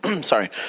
Sorry